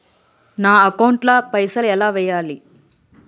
నా అకౌంట్ ల పైసల్ ఎలా వేయాలి?